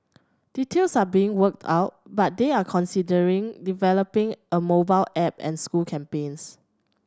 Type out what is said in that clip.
details are being worked out but they are considering developing a mobile app and school campaigns